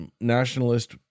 nationalist